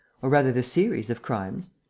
or rather the series of crimes.